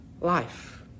life